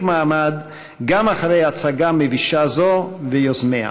מעמד גם אחרי הצגה מבישה זו ויוזמיה.